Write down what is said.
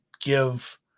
give